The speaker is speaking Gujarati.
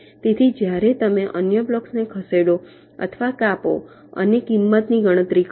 તેથી જ્યારે તમે અન્ય બ્લોક્સને ખસેડો અથવા કાપો અને કિંમતની ગણતરી કરો